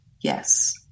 Yes